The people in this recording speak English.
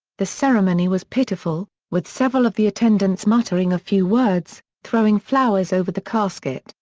the ceremony was pitiful, with several of the attendants muttering a few words, throwing flowers over the casket,